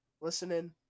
listening